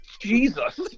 Jesus